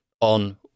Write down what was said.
on